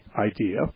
idea